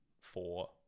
four